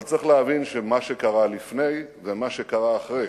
אבל צריך להבין, שמה שקרה לפני ומה שקרה אחרי